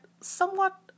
somewhat